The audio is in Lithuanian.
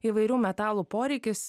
įvairių metalų poreikis